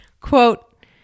quote